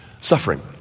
suffering